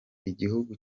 igihugu